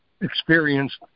experienced